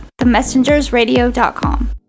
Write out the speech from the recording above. themessengersradio.com